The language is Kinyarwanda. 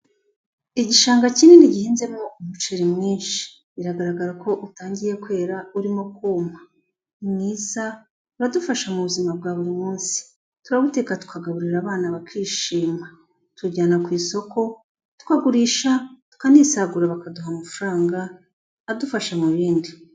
Igishanga kinini gihinnzemo umuceri mwinshi, biragaragara ko utangiye kwera urimo kuma, ni mwiza uradufasha mu buzima bwa buri munsi, turawuteka, tukagaburira abana bakishima, tuwujyana ku isoko, tukagurisha tukanisagurira bakaduha amafaranga adufasha mu bindi.